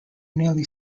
nearly